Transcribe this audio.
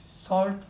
salt